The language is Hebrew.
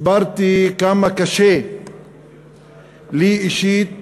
הסברתי כמה קשה לי אישית